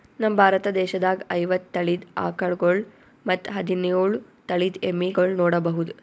ನಮ್ ಭಾರತ ದೇಶದಾಗ್ ಐವತ್ತ್ ತಳಿದ್ ಆಕಳ್ಗೊಳ್ ಮತ್ತ್ ಹದಿನೋಳ್ ತಳಿದ್ ಎಮ್ಮಿಗೊಳ್ ನೋಡಬಹುದ್